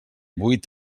buit